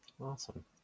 Awesome